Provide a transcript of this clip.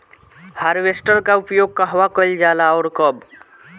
Harvester का उपयोग कहवा कइल जाला और कब?